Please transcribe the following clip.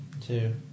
two